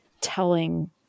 telling